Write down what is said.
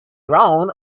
drawn